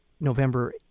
November